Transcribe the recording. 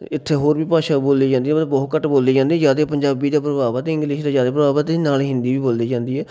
ਇੱਥੇ ਹੋਰ ਵੀ ਭਾਸ਼ਾ ਬੋਲੀ ਜਾਂਦੀ ਆ ਮਤਲਬ ਬਹੁਤ ਘੱਟ ਬੋਲੀ ਜਾਂਦੀ ਜ਼ਿਆਦੇ ਪੰਜਾਬੀ ਦਾ ਪ੍ਰਭਾਵ ਆ ਅਤੇ ਇੰਗਲਿਸ਼ ਦਾ ਜ਼ਿਆਦੇ ਪ੍ਰਭਾਵ ਆ ਤੇ ਨਾਲ਼ ਹੀ ਹਿੰਦੀ ਵੀ ਬੋਲੀ ਜਾਂਦੀ ਹੈ